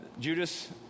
Judas